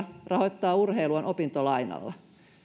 rahoittaa urheiluaan opintolainalla